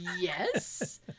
yes